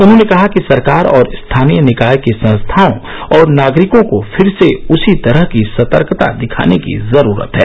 उन्होंने कहा कि सरकार और स्थानीय निकाय की संस्थाओं और नागरिकों को फिर से उसी तरह की सतर्कता दिखाने की जरूरत है